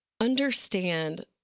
understand